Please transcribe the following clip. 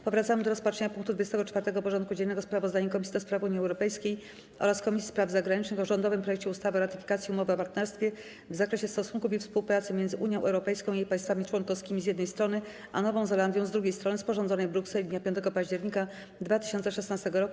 Powracamy do rozpatrzenia punktu 24. porządku dziennego: Sprawozdanie Komisji do Spraw Unii Europejskiej oraz Komisji Spraw Zagranicznych o rządowym projekcie ustawy o ratyfikacji Umowy o partnerstwie w zakresie stosunków i współpracy między Unią Europejską i jej państwami członkowskimi, z jednej strony, a Nową Zelandią, z drugiej strony, sporządzonej w Brukseli dnia 5 października 2016 r.